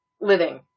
living